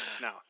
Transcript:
No